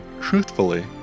Truthfully